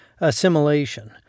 assimilation